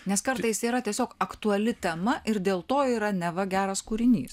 nes kartais yra tiesiog aktuali tema ir dėl to yra neva geras kūrinys